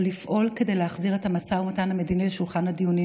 לפעול כדי להחזיר את המשא ומתן המדיני לשולחן הדיונים